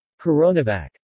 Coronavac